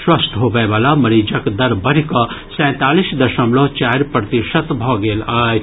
स्वस्थ होबयवला मरीजक दर बढ़ि कऽ सैतालिस दशमलव चारि प्रतिशत भऽ गेल अछि